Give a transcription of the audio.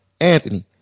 anthony